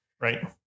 right